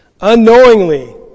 unknowingly